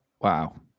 Wow